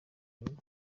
nyuma